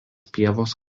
pievos